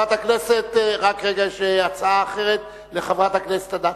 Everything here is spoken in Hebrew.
רק רגע, יש הצעה אחרת לחברת הכנסת אדטו.